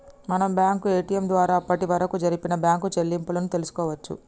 మనం bank ATM ద్వారా అప్పటివరకు జరిపిన బ్యేంకు చెల్లింపులను తెల్సుకోవచ్చు